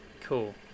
cool